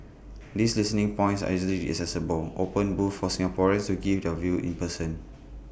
these listening points are easily accessible open both for Singaporeans to give their views in person